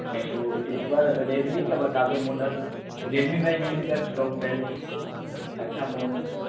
अच्छा तो एक बार रेडमी का बता दो मॉडल रेडमी मैं यूज़ कर चुका हूँ पहले अच्छा फ़ोन